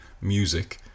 music